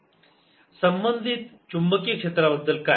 संबंधित चुंबकीय क्षेत्राबद्दल काय